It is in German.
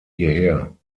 hierher